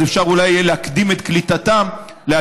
ואז אפשר אולי יהיה להקדים את קליטתם ל-2018,